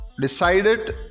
decided